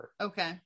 Okay